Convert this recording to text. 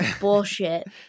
bullshit